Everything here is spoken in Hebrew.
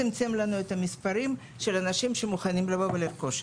הצבא צמצם לנו את המספרים של האנשים שמוכנים לבוא ולרכוש.